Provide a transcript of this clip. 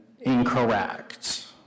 incorrect